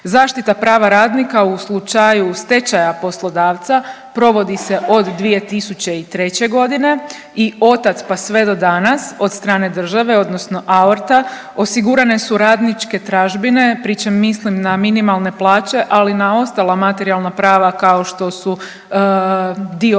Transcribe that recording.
Zaštita prava radnika u slučaju stečaja poslodavca, provodi se od 2003. g. i otad pa sve do danas od strane države, odnosno AORT-a, osigurane su radničke tražbine, pri čem mislim na minimalne plaće, ali i na ostala materijalna prava kao što su dio